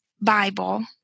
Bible